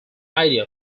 idea